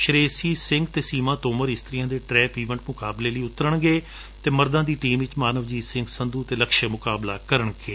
ਸ਼ਰੇਆਸੀ ਸੰਘ ਅਤੇ ਸੀਮਾ ਤੋਮਰ ਇਸਤਰੀਆਂ ਦੇ ਟਰੈਪ ਈਵੈਂਟ ਵਿਚ ਮੁਕਾਬਲੇ ਲਈ ਉਤਰਣਗੇ ਅਤੇ ਮਰਦਾਂ ਦੀ ਟੀਮ ਵਿਚ ਮਾਨਵਜੀਤ ਸਿੰਘ ਸੰਧੁ ਅਤੇ ਲਕਸ਼ਿਆ ਮੁਕਾਬਲਾ ਕਰਨਗੇ